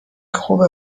خوبه